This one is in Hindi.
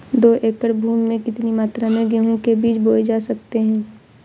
दो एकड़ भूमि में कितनी मात्रा में गेहूँ के बीज बोये जा सकते हैं?